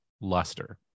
luster